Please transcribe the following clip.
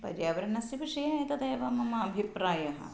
पर्यावरणस्य विषये एतदेव मम अभिप्रायः